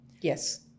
Yes